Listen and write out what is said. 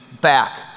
back